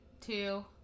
two